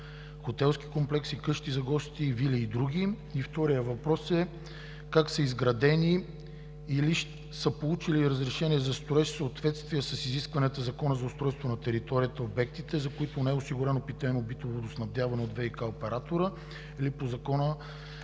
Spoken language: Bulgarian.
къщи за гости, вили и други? И вторият въпрос е: как са изградени и са получили разрешение за строеж в съответствие с изискванията на Закона за устройство на територията обектите, за които не е осигурено питейно-битово водоснабдяване от ВиК оператора или по реда